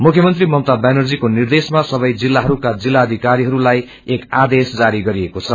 मुख्यमंत्री ममता व्यानर्जीको निर्देशमा सबै जिल्लाहरूमा जिल्लाथिकरीहरूलाई एक आदेश जारी गरिएको छ